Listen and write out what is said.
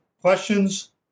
questions